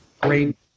great